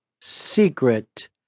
secret